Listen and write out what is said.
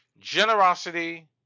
Generosity